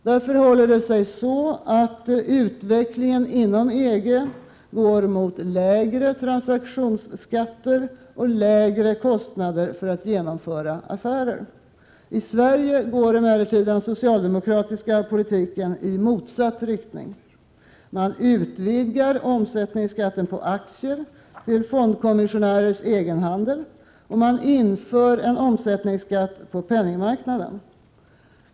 Där förhåller det sig så, att utvecklingen inom EG går mot lägre transaktionsskatter och lägre kostnader för att genomföra affärer. I Sverige går emellertid den socialdemokratiska politiken i motsatt riktning. Man utvidgar omsättningsskatten på aktier till fondkommissionärers egenhandel, och man inför en omsättningsskatt på penningmarknaden.